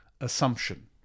assumption